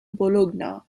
bologna